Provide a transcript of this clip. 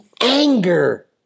anger